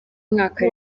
mwaka